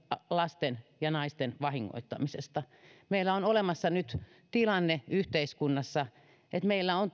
lasten ja naisten vahingoittamisesta meillä on nyt yhteiskunnassa olemassa tilanne että meille on